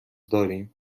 داریم